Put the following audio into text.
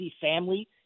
family